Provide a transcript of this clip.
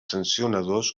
sancionadors